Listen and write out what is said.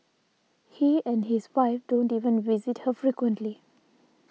he and his wife don't even visit her frequently